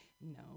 no